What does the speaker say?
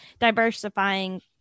diversifying